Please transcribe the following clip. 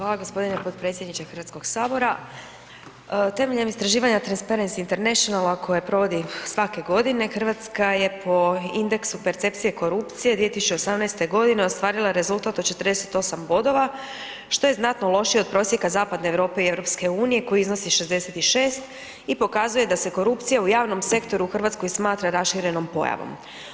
Hvala gospodine potpredsjedniče Hrvatskog sabora, temeljem istraživanja Transparensi Internacionala koje provodi svake godine Hrvatska je po indeksu percepcije korupcije 2018. godine ostvarila rezultat od 48 bodova što je znatno lošije od procjeka Zapadne Europe i EU koji iznosi 66 i pokazuje da se korupcija u javnom sektoru u Hrvatskoj smatra raširenom pojavom.